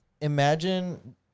imagine